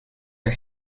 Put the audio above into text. are